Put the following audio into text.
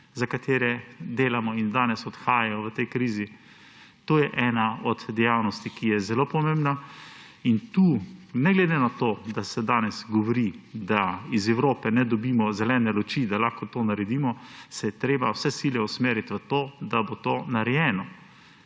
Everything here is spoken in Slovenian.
za katere delamo in danes odhajajo v tej krizi. To je ena od dejavnosti, ki je zelo pomembna, in tu, ne glede na to, da se danes govori, da iz Evrope ne dobimo zelene luči, da lahko to naredimo, je treba vse sile usmeriti v to, da bo to narejeno.